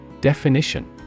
Definition